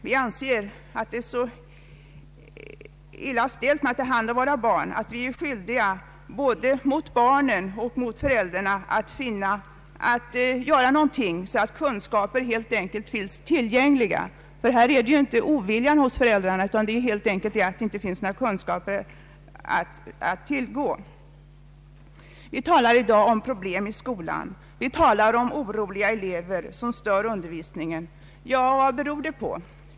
Vi anser att det är så illa ställt med omhändertagandet av barnen att samhället är skyldigt både mot barnen och mot föräldrarna att göra något, så att kunskaper finns tillgängliga. Här beror det ju inte på ovilja hos föräldrarna, utan helt enkelt på att det inte finns kunskaper att tillgå. Vi talar i dag om problemen i skolan. Vi talar om oroliga elever som stör arbetet. Vad beror detta på?